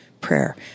prayer